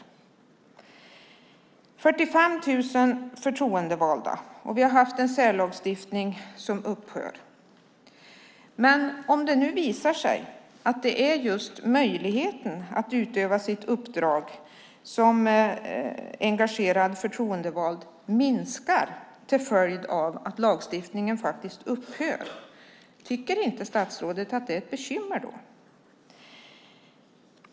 Det finns 45 000 förtroendevalda, och vi har haft en särlagstiftning som upphör. Om det nu visar sig att just möjligheten att utöva sitt uppdrag som engagerad förtroendevald minskar till följd av att lagstiftningen upphör, tycker inte statsrådet då att det är ett bekymmer?